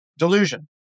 delusion